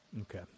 Okay